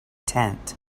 tent